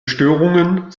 störungen